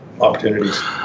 opportunities